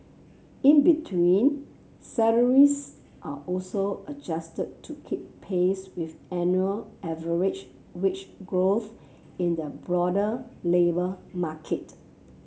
in between salaries are also adjusted to keep pace with annual average wage growth in the broader labour market